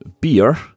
beer